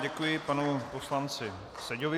Děkuji panu poslanci Seďovi.